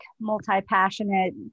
multi-passionate